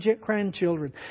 grandchildren